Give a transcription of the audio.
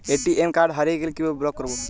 ATM card হারিয়ে গেলে কিভাবে ব্লক করবো?